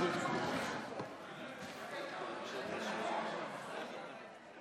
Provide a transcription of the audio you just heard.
אחרי דברי הסיכום של חבר הכנסת גפני